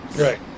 Right